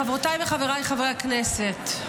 חברותיי וחבריי חברי הכנסת,